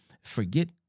Forget